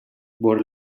veure